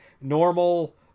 normal